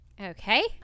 okay